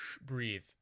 Breathe